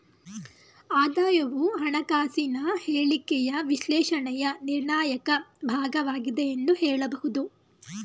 ಆದಾಯವು ಹಣಕಾಸಿನ ಹೇಳಿಕೆಯ ವಿಶ್ಲೇಷಣೆಯ ನಿರ್ಣಾಯಕ ಭಾಗವಾಗಿದೆ ಎಂದು ಹೇಳಬಹುದು